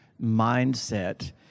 mindset